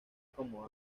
como